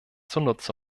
zunutze